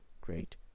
great